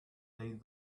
they